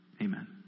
Amen